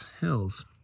hills